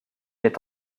est